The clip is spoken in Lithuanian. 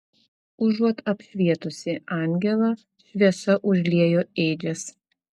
užuot apšvietusi angelą šviesa užliejo ėdžias